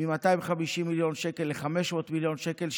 מ-250 מיליוני שקלים ל-500 מיליוני שקלים,